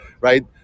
right